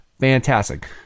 Fantastic